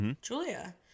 Julia